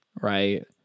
Right